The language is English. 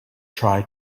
try